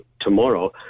tomorrow